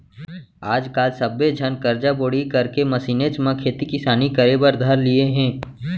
आज काल सब्बे झन करजा बोड़ी करके मसीनेच म खेती किसानी करे बर धर लिये हें